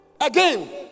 again